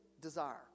desire